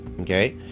okay